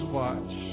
watch